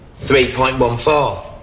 3.14